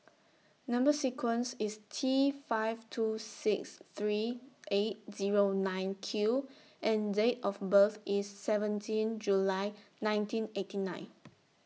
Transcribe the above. Number sequence IS T five two six three eight Zero nine Q and Date of birth IS seventeenth July nineteen eighty nine